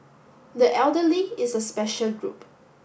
the elderly is a special group